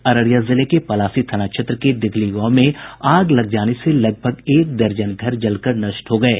अररिया जिले के पलासी थाना क्षेत्र के दिघली गांव में आग लग जाने से लगभग एक दर्जन घर जलकर नष्ट हो गये